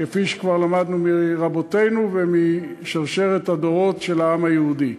כפי שכבר למדנו מרבותינו ומשרשרת הדורות של העם היהודי.